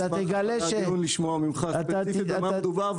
אני אשמח אחרי הדיון לשמוע ממך במה מדובר,